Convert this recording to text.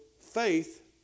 faith